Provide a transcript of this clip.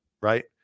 right